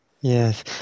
Yes